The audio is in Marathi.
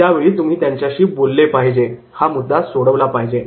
त्यावेळी तुम्ही त्यांच्याशी बोलले पाहिजे आणि हा मुद्दा सोडवला पाहिजे